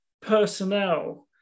personnel